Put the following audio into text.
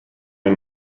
ein